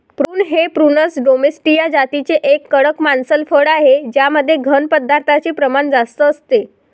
prune हे प्रूनस डोमेस्टीया जातीचे एक कडक मांसल फळ आहे ज्यामध्ये घन पदार्थांचे प्रमाण जास्त असते